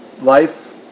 life